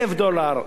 1,000 דולר,